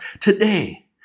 today